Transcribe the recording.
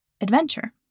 adventure